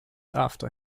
after